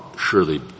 surely